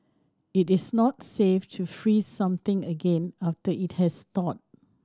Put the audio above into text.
it is not safe to freeze something again after it has thawed